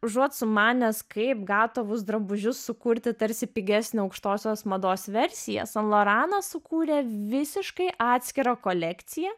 užuot sumanęs kaip gatavus drabužius sukurti tarsi pigesnę aukštosios mados versiją san loranas sukūrė visiškai atskirą kolekciją